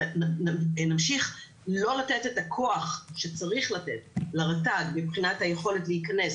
אנחנו נמשיך לא לתת את הכוח שצריך לתת לרת"ג מבחינת היכולת להיכנס